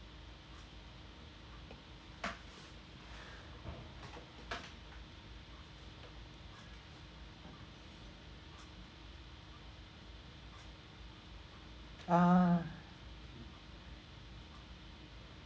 ah